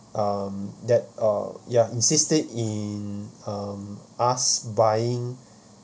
um that uh ya insisted in um us buying